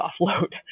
offload